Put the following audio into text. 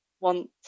want